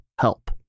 help